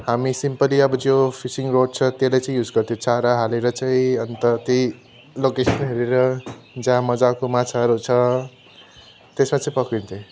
हामी सिम्पली अब जो फिसिङ रड छ त्यसलाई चाहिँ युस गर्छ चारा हालेर चाहिँ अन्त त्यही लोकेसन हेरेर जहाँ मज्जाको माछाहरू छ त्यसमा चाहिँ पक्रिन्थे